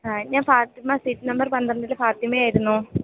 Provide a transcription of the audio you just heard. ഞാൻ Fathima seat number പന്ത്രണ്ടിലെ ഫാത്തിമയായിരുന്നു